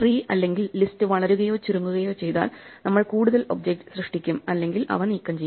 tree അല്ലെങ്കിൽ list വളരുകയോ ചുരുങ്ങുകയോ ചെയ്താൽ നമ്മൾ കൂടുതൽ ഒബ്ജക്റ്റ് സൃഷ്ടിക്കും അല്ലെങ്കിൽ അവ നീക്കം ചെയ്യും